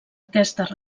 aquestes